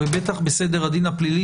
בטח בסדר הדין הפלילי,